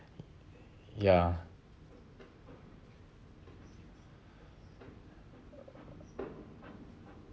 ya